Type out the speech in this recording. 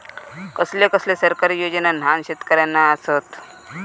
कसले कसले सरकारी योजना न्हान शेतकऱ्यांना आसत?